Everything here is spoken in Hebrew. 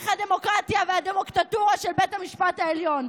הדמוקרטיה ודיקטטורה של בית המשפט העליון.